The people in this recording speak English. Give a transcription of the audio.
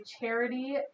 charity